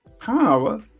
power